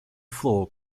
floor